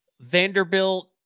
Vanderbilt